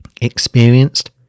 Experienced